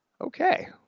Okay